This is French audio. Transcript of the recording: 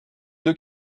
deux